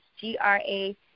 G-R-A